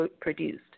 produced